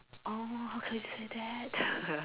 oh how can you say that